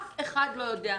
אף אחד לא יודע.